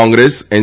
Congress N